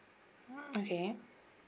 okay